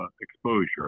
exposure